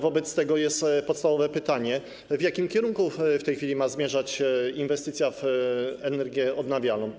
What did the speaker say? Wobec tego jest podstawowe pytanie: W jakim kierunku w tej chwili mają zmierzać inwestycje w energię odnawialną?